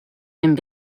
and